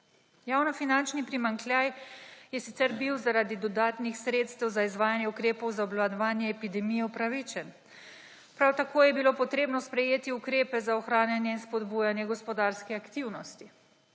Javnofinančni primanjkljaj je sicer bil zaradi dodatnih sredstev za izvajanje ukrepov za obvladovanje epidemije upravičen. Prav tako je bilo potrebno sprejeti ukrepe za ohranjanje in spodbujanje gospodarske aktivnosti.